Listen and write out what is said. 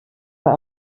bei